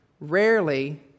rarely